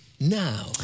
Now